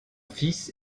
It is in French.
fils